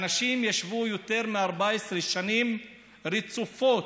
אנשים ישבו יותר מ-14 שנים רצופות.